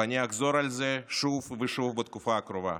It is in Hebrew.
ואני אחזור על זה שוב ושוב בתקופה הקרובה.